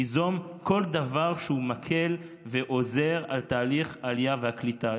ליזום כל דבר שמקל ועוזר לתהליך העלייה והקליטה.